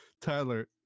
Tyler